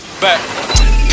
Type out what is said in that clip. Back